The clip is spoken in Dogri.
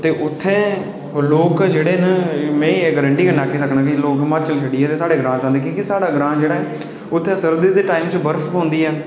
ते उत्थैं लोक जेह्ड़े न में एह् गरैंटी कन्नै आखी सकना कि लोक हिमाचल छड्डियै साढे़ ग्रांऽ आंङन की जे साढ़ा ग्रां जेह्ड़ा ऐ उत्थै सर्दी दे टाईम पर बर्फ पौंदी ऐ